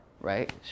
right